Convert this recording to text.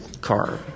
car